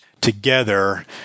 together